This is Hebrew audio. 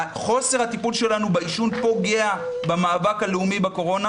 חוסר הטיפול שלנו בעישון פוגע במאבק הלאומי שלנו בקורונה